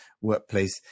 workplace